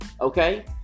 Okay